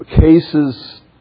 cases